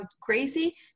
crazy